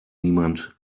niemand